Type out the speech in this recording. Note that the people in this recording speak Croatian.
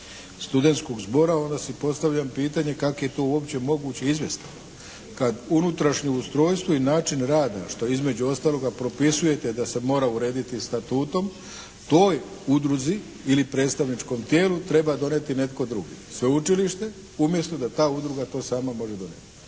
studentskog zbora onda se postavlja pitanje kako je to uopće moguće izvesti kad unutrašnje ustrojstvo i način rada što između ostaloga propisujete da se mora urediti statutom, toj udruzi ili predstavničkom tijelu treba donijeti netko drugi, sveučilište umjesto da ta udruga to sama može donijeti.